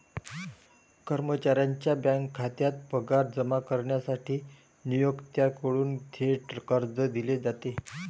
कर्मचाऱ्याच्या बँक खात्यात पगार जमा करण्यासाठी नियोक्त्याकडून थेट कर्ज दिले जाते